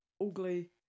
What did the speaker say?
ugly